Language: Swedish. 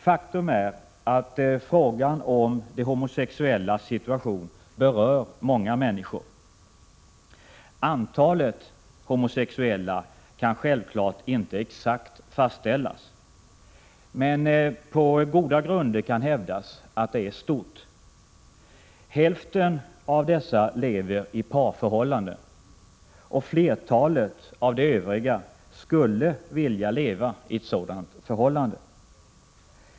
Faktum är att frågor om de homosexuellas situation berör många människor. Antalet homosexuella kan självfallet inte exakt fastställas, men på goda grunder kan hävdas att det är stort. Hälften av dessa lever i parförhållanden, och flertalet av de övriga skulle vilja leva i ett sådant förhållande.